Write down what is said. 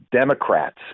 Democrats